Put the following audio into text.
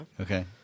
Okay